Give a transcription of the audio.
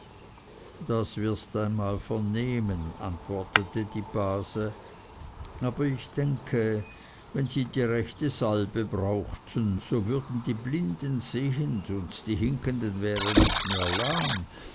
das wirst einmal vernehmen antwortete die base aber ich denke wenn sie die rechte salbe brauchten so würden die blinden sehend und die hinkenden wären nicht mehr lahm